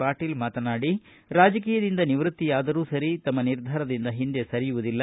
ಪಾಟೀಲ್ ಮಾತನಾಡಿ ರಾಜಕೀಯದಿಂದ ನಿವೃತ್ತಿಯಾದರೂ ಸರಿ ತಮ್ಮ ನಿರ್ಧಾರದಿಂದ ಹಿಂದೆ ಸರಿಯುವುದಿಲ್ಲ